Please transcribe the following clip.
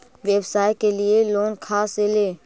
व्यवसाय के लिये लोन खा से ले?